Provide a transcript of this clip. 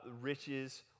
riches